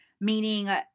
meaning